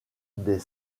des